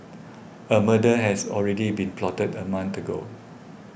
a murder has already been plotted a month ago